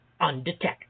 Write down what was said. undetected